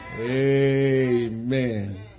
Amen